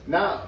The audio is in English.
Now